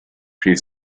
pre